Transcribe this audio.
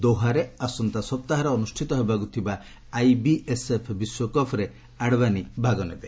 ଦୋହାରେ ଆସନ୍ତା ସପ୍ତାହରେ ଅନୁଷ୍ଠିତ ହେବାକୁ ଥିବା ଆଇବିଏସ୍ଏଫ୍ ବିଶ୍ୱକପ୍ରେ ଆଡଭାନୀ ଭାଗ ନେବେ